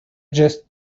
just